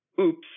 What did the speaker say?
oops